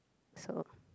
so